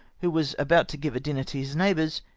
who was about to give a dinner to his neighbours,